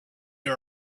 are